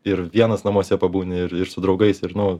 ir vienas namuose pabūni ir ir su draugais ir nu